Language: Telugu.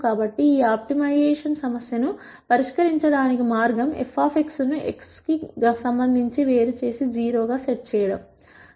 కాబట్టి ఈ ఆప్టిమైజేషన్ సమస్యను పరిష్కరించడానికి మార్గం f ను x కి సంబంధించి వేరు చేసి 0 గా సెట్ చేయడం